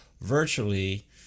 virtually